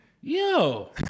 Yo